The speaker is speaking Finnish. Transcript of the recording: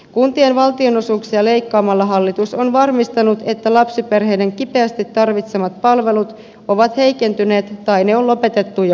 kuntien valtionosuuksia leikkaamalla hallitus on varmistanut että lapsiperheiden kipeästi tarvitsemat palvelut ovat heikentyneet taimi on lopetettu ja